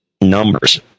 numbers